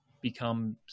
become